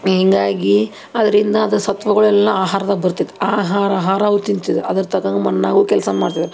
ಹೀಗಾಗಿ ಅದರಿಂದ ಅದು ಸತ್ತ್ವಗಳೆಲ್ಲ ಆಹಾರ್ದಾಗ ಬರ್ತಿತ್ತು ಆಹಾರ ಹಾರವು ತಿಂತಿದ್ರು ಅದರ ತಕ್ಕಂತೆ ಮನ್ಯಾಗೂ ಕೆಲಸ ಮಾಡ್ತಿದ್ರು